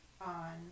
on